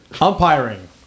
umpiring